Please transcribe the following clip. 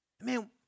Man